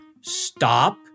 Stop